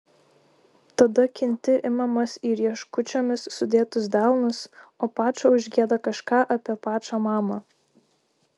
tada kinti imamas į rieškučiomis sudėtus delnus o pačo užgieda kažką apie pačą mamą